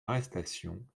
arrestation